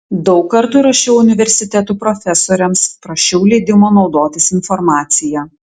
daug kartų rašiau universitetų profesoriams prašiau leidimo naudotis informacija